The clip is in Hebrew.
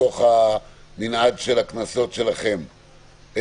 במנעד של הקנסות שלכם,